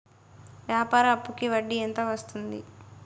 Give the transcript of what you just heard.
వ్యాపార అప్పుకి వడ్డీ ఎంత వస్తుంది?